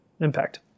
impact